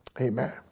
amen